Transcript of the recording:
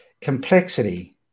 complexity